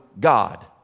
God